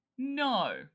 no